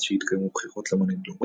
עד שיתקיימו בחירות למנהיג לאומי,